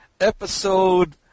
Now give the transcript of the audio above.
Episode